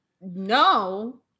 no